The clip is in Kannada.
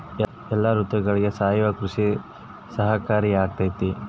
ಎಲ್ಲ ಋತುಗಳಗ ಸಾವಯವ ಕೃಷಿ ಸಹಕಾರಿಯಾಗಿರ್ತೈತಾ?